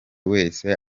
wese